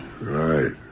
Right